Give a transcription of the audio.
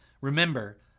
Remember